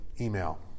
email